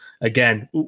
again